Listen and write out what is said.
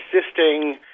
assisting